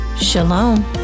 Shalom